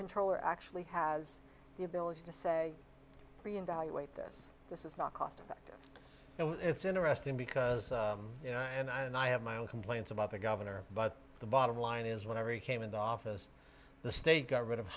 controller actually has the ability to say three in value wait this this is not cost effective and it's interesting because you know and i and i have my own complaints about the governor but the bottom line is whenever he came into office the state got rid of